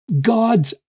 God's